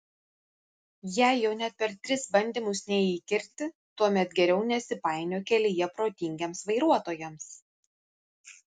jei jo net per tris bandymus neįkerti tuomet geriau nesipainiok kelyje protingiems vairuotojams